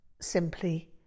simply